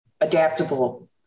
adaptable